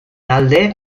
alde